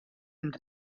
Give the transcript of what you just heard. amb